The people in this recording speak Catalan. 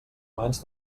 mans